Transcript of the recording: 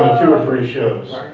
or three shows.